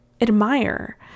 admire